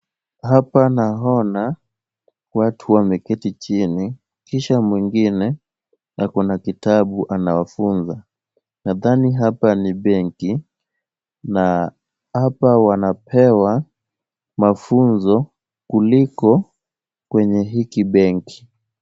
Hapa naona watu wameketi chini kisha mwingine ako na kitabu anawafunza. Nadhani hapa ni benki na hapa wanapewa mafunzo kuliko kwenye hiki benki.